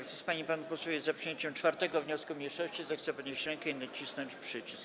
Kto z pań i panów posłów jest za przyjęciem 4. wniosku mniejszości, zechce podnieść rękę i nacisnąć przycisk.